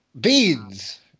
Beans